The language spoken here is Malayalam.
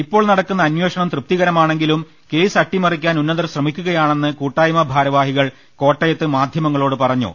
ഇപ്പോൾ നടക്കുന്ന അന്വേ ഷണം തൃപ്തികരമാണെങ്കിലും കേസ് അട്ടിമറിക്കാൻ ഉന്നതർ ശ്രമിക്കുകയാണെന്ന് കൂട്ടായ്മ ഭാരവാഹികൾ കോട്ടയത്ത് മാധ്യമങ്ങളോട് പറഞ്ഞു